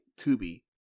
Tubi